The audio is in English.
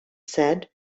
said